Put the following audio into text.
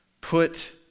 put